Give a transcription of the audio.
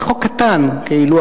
זה חוק קטן כאילו,